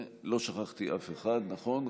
לא שכחתי אף אחד, נכון?